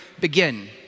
begin